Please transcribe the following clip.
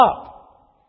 up